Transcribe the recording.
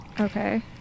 Okay